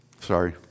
Sorry